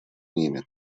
ними